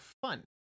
fun